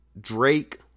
Drake